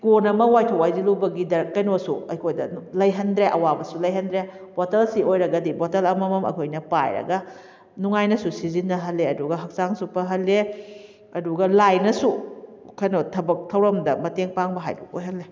ꯀꯣꯟ ꯑꯃ ꯋꯥꯏꯊꯣꯛ ꯋꯥꯏꯁꯤꯜꯂꯨꯕꯒꯤ ꯀꯩꯅꯣꯁꯨ ꯑꯩꯈꯣꯏꯗ ꯂꯩꯍꯟꯗ꯭ꯔꯦ ꯑꯋꯥꯕꯁꯨ ꯂꯩꯍꯟꯗ꯭ꯔꯦ ꯕꯣꯇꯜꯁꯤ ꯑꯣꯏꯔꯒꯗꯤ ꯕꯣꯇꯜ ꯑꯃꯃꯝ ꯑꯩꯈꯣꯏꯅ ꯄꯥꯏꯔꯒ ꯅꯨꯡꯉꯥꯏꯅꯁꯨ ꯁꯤꯖꯤꯟꯅꯍꯜꯂꯦ ꯑꯗꯨꯒ ꯍꯛꯆꯥꯡꯁꯨ ꯐꯍꯜꯂꯦ ꯑꯗꯨꯒ ꯂꯥꯏꯅꯁꯨ ꯀꯩꯅꯣ ꯊꯕꯛ ꯊꯧꯔꯝꯗ ꯃꯇꯦꯡ ꯄꯥꯡꯕ ꯍꯥꯏꯗꯨ ꯑꯣꯏꯍꯜꯂꯦ